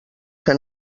que